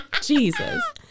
Jesus